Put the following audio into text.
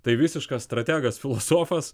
tai visiškas strategas filosofas